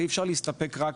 אי אפשר להסתפק רק